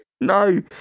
No